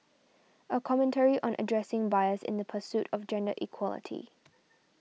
a commentary on addressing bias in the pursuit of gender equality